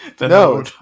No